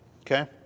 Okay